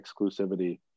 exclusivity